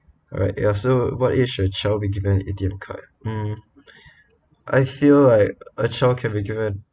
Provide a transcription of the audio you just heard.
alright ya so what age a child be given A_T_M card mm I feel like a child can be given